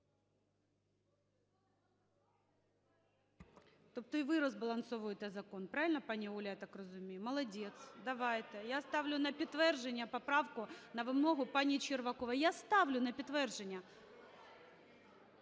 Тобто і ви розбалансовуєте закон. Правильно, пані Оля, я так розумію? Молодець, давайте. Я ставлю на підтвердження поправку на вимогу пані Червакової. Я ставлю на підтвердження.